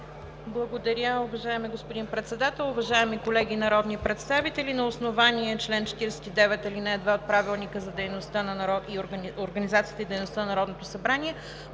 Благодаря, уважаеми господин Председател. Уважаеми колеги народни представители, на основание чл. 49, ал. 2 от Правилника за организацията и дейността на Народното събрание